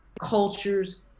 cultures